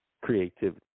creativity